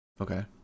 Okay